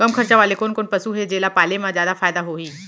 कम खरचा वाले कोन कोन पसु हे जेला पाले म जादा फायदा होही?